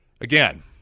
again